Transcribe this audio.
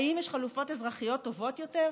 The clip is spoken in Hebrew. האם יש חלופות אזרחיות טובות יותר?